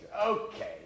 Okay